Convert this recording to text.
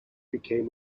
became